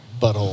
butthole